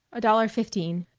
a dollar fifteen.